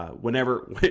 Whenever